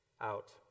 out